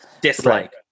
dislike